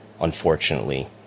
unfortunately